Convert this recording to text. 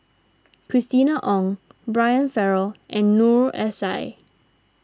Christina Ong Brian Farrell and Noor S I